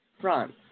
France